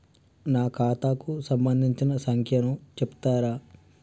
నా ఖాతా కు సంబంధించిన సంఖ్య ను చెప్తరా?